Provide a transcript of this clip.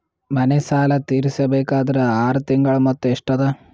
ಮನೆ ಸಾಲ ತೀರಸಬೇಕಾದರ್ ಆರ ತಿಂಗಳ ಮೊತ್ತ ಎಷ್ಟ ಅದ?